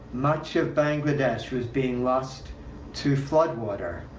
much of bangladesh was being lost to flood water.